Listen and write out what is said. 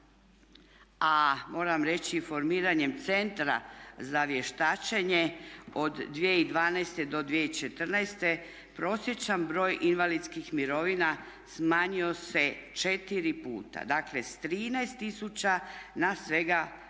a moram reći formiranjem Centra za vještačenje od 2012. do 2014. prosječan broj invalidskih mirovina smanjio se 4 puta, dakle s 13 000 na svega prosječnih